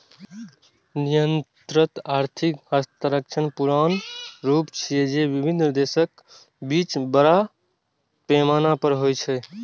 निर्यात आर्थिक हस्तांतरणक पुरान रूप छियै, जे विभिन्न देशक बीच बड़ पैमाना पर होइ छै